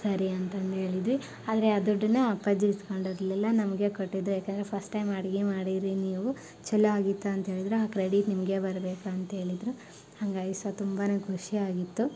ಸರಿ ಅಂತಂದು ಹೇಳಿದ್ವಿ ಆದರೆ ಆ ದುಡ್ಡನ್ನು ಅಪ್ಪಾಜಿ ಈಸ್ಕೊಂಡು ಹೋಗಲಿಲ್ಲ ನಮಗೆ ಕೊಟ್ಟಿದ್ದು ಯಾಕೆಂದರೆ ಫಸ್ಟ್ ಟೈಮ್ ಅಡುಗೆ ಮಾಡಿರಿ ನೀವು ಛಲೋ ಆಗಿತ್ತು ಅಂಥೇಳಿದ್ರೆ ಆ ಕ್ರೆಡಿಟ್ ನಿಮಗೆ ಬರಬೇಕು ಅಂಥೇಳಿದ್ರು ಹಂಗಾಯಿತು ಸೊ ತುಂಬನೇ ಖುಷಿ ಆಗಿತ್ತು